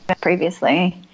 previously